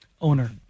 owner